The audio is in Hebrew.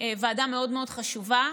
ועדה מאוד מאוד חשובה,